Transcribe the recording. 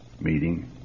meeting